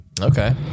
Okay